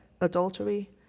adultery